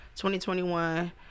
2021